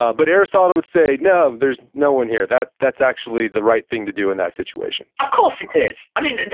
ah but aristotle would say, no, there's no one here, that's actually the right thing to do in that situation of course it is. i mean, and